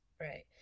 right